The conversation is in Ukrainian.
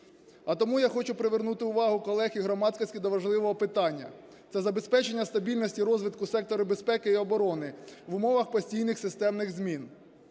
А тому я хочу привернути увагу колег і громадськості до важливого питання – це забезпечення стабільності розвитку сектора безпеки і оборони в умовах постійних системний змін.